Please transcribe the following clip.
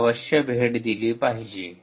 org येथे अवश्य भेट दिली पाहिजे